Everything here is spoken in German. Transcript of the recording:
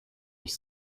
mich